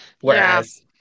whereas